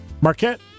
Marquette